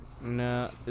No